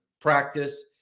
practice